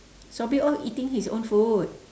sobri all eating his own food